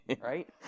Right